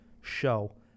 show